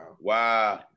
Wow